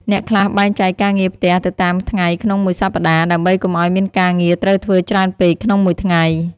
អ្នកខ្លះបែងចែកការងារផ្ទះទៅតាមថ្ងៃក្នុងមួយសប្ដាហ៍ ដើម្បីកុំឱ្យមានការងារត្រូវធ្វើច្រើនពេកក្នុងមួយថ្ងៃ។